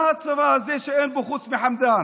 מה הצבא הזה שאין בו חוץ מחמדאן?